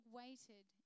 waited